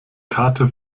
karte